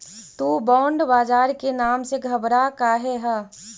तु बॉन्ड बाजार के नाम से घबरा काहे ह?